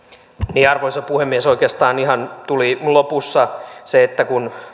arvoisa puhemies oikeastaan tuli ihan lopussa se että kun